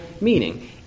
meaning